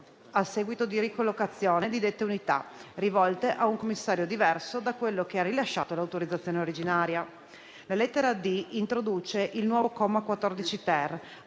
a seguito di ricollocazione, di dette unità, rivolte a un Commissario diverso da quello che ha rilasciato l'autorizzazione originaria. La lettera *d)* introduce il nuovo comma 14-*ter*,